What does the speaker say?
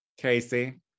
Casey